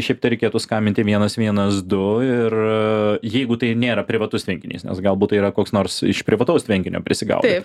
šiaip tai reikėtų skambinti vienas vienas du ir jeigu tai nėra privatus renginys nes galbūt tai yra koks nors iš privataus tvenkinio prisigaudęs